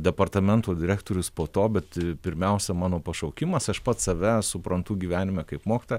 departamento direktorius po to bet pirmiausia mano pašaukimas aš pats save suprantu gyvenime kaip mokytoją